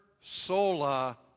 sola